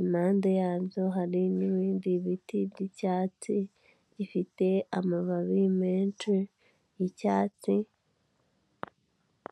Impande yabyo hari n'ibindi biti by'icyatsi bifite amababi menshi y'icyatsi.